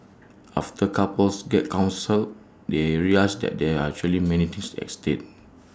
after couples get counselled they realise that there are actually many things at stake